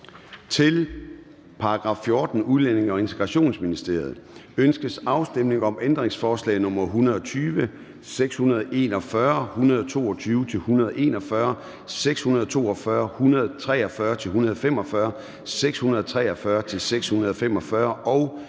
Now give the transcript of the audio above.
Til § 14. Udlændinge- og Integrationsministeriet. Ønskes afstemning om ændringsforslag nr. 120, 641, 122-141, 642, 143-145, 643-645 og